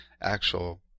actual